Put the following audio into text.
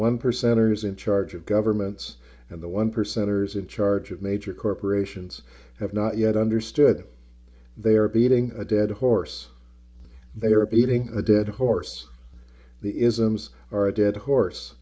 one percenters in charge of governments and the one percenters in charge of major corporations have not yet understood they are beating a dead horse they are beating a dead horse the isms are a dead horse